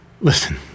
listen